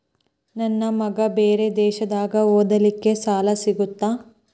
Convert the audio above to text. ನನ್ನ ಮಗ ಬೇರೆ ದೇಶದಾಗ ಓದಲಿಕ್ಕೆ ಸಾಲ ಸಿಗುತ್ತಾ?